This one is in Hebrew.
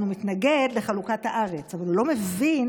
הוא מתנגד לחלוקת הארץ אבל הוא לא מבין